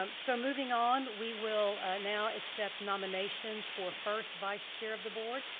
um so moving on, we will now accept nominations for first vice-chair of the board,